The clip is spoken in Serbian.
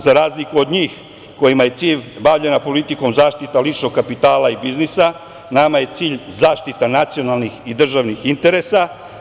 Za razliku od njih kojima je cilj bavljenja politikom, zaštita ličnog kapitala i biznisa, mama je cilj zaštita nacionalnih i državnih interesa.